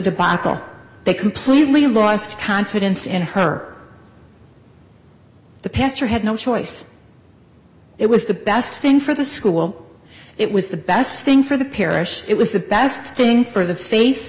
debacle they completely lost confidence in her the pastor had no choice it was the best thing for the school it was the best thing for the parish it was the best thing for the fa